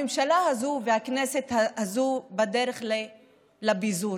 הממשלה הזו והכנסת הזו בדרך לפיזור.